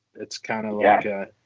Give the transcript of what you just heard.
it's kind of like a,